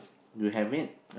you have it